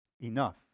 Enough